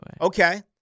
Okay